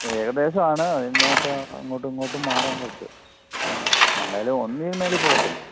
ഏകദേശമാണ് അതിനകത്ത് അങ്ങോട്ടും ഇങ്ങോട്ടും മാറാം കുറച്ച് എന്തായാലും ഒന്നിന് മുകളിൽ പോകത്തില്ല